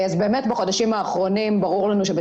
ברור לנו שבחודשים האחרונים,